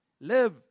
live